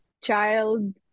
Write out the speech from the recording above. child